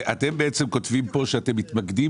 אתם בעצם כותבים כאן שאתם מתמקדים